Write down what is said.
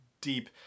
deep